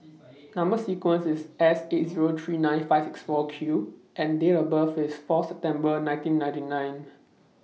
Number sequence IS S eight Zero three nine five six four Q and Date of birth IS Fourth September nineteen ninety nine